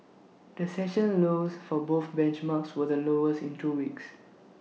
the session lows for both benchmarks were the lowest in two weeks